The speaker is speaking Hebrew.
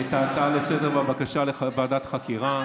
אני מציע לך לקרוא את ההצעה לסדר-היום והבקשה לוועדת חקירה.